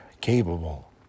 capable